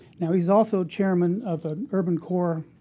now, he's also chairman of an urban core